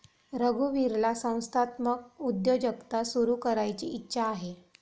रघुवीरला संस्थात्मक उद्योजकता सुरू करायची इच्छा आहे